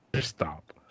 stop